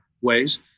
ways